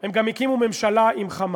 הם גם הקימו ממשלה עם "חמאס".